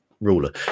ruler